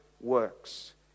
works